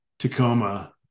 Tacoma